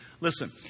Listen